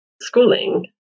schooling